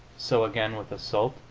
so again, with assault,